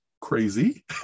crazy